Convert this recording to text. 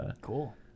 Cool